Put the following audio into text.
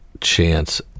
chance